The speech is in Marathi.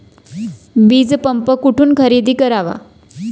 वीजपंप कुठून खरेदी करावा?